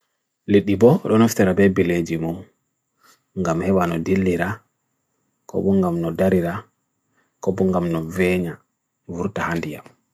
Lidipo ronaf terabey bilayjimo, ngam hewa no dillira, kobungam no darida, kobungam no venya, vurtahandiyam.